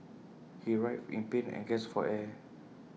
he writhed in pain and gasped for air